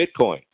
Bitcoin